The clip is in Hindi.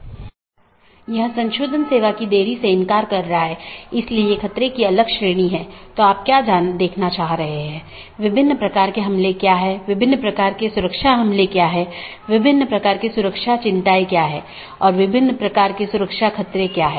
अब अगर हम BGP ट्रैफ़िक को देखते हैं तो आमतौर पर दो प्रकार के ट्रैफ़िक होते हैं एक है स्थानीय ट्रैफ़िक जोकि एक AS के भीतर ही होता है मतलब AS के भीतर ही शुरू होता है और भीतर ही समाप्त होता है